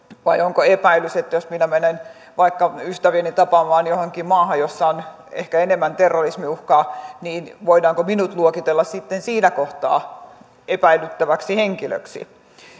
vai onko epäilys jos minä menen vaikka ystäviäni tapaamaan johonkin maahan jossa on ehkä enemmän terrorismiuhkaa että minut voidaan luokitella sitten siinä kohtaa epäilyttäväksi henkilöksi